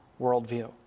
worldview